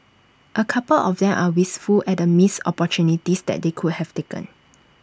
A couple of them are wistful at the missed opportunities that they could have taken